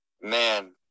Man